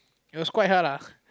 it was quite hard lah